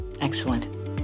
excellent